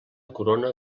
corona